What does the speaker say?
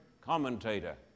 commentator